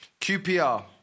QPR